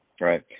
Right